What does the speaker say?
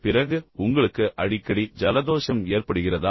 பிறகு உங்களுக்கு அடிக்கடி ஜலதோஷம் ஏற்படுகிறதா